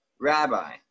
Rabbi